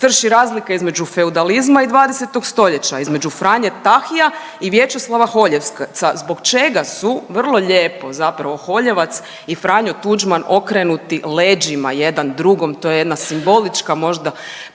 Strši razlika između feudalizma i 20. stoljeća. Između Franje Tahija i Većeslava Holjevca zbog čega su vrlo lijepo zapravo Holjevac i Franjo Tuđman, okrenuti leđima jedan drugom. To je jedna simbolička možda